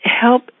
help